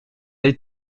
les